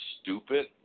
stupid